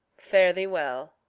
fare thee well.